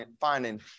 finding